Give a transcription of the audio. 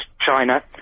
China